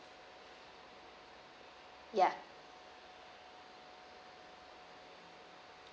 ya